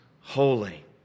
holy